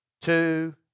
two